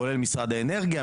כולל משרד האנרגיה,